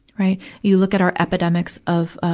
right. you look at our epidemics of, um,